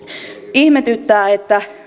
ihmetyttää että